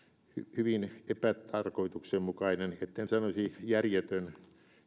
hyvin epätarkoituksenmukainen etten sanoisi järjetön